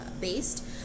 based